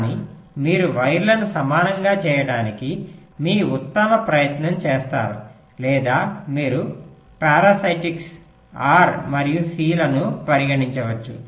కానీ మీరు వైర్లను సమానంగా చేయడానికి మీ ఉత్తమ ప్రయత్నం చేస్తారు లేదా మీరు పారాసిటిక్స్ R మరియు C ను పరిగణించవచ్చు